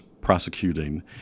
prosecuting